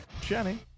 Jenny